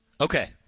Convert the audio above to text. Okay